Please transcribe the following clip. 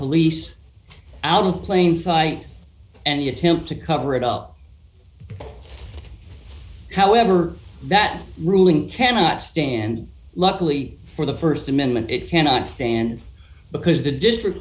police out of plain sight and the attempt to cover it up however that ruling cannot stand luckily for the st amendment it cannot stand because the district